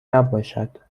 نباشد